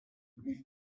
green